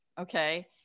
okay